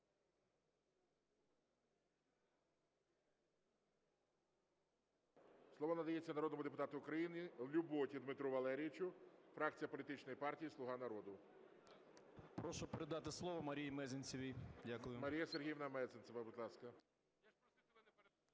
Слово надається народному депутату України Люботі Дмитру Валерійовичу, фракція політичної партії "Слуга народу". 10:35:59 ЛЮБОТА Д.В. Прошу передати слово Марії Мезенцевій. Дякую. ГОЛОВУЮЧИЙ. Марія Сергіївна Мезенцева, будь ласка.